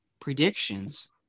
predictions